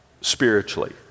spiritually